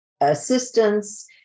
assistance